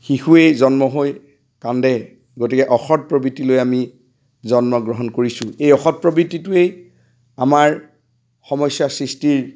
শিশুৱেই জন্ম হৈ কান্দে গতিকে অসৎ প্ৰবৃত্তি লৈ আমি জন্ম গ্ৰহণ কৰিছোঁ এই অসৎ প্ৰবৃত্তিটোৱেই আমাৰ সমস্যা সৃষ্টিৰ